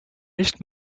nicht